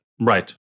Right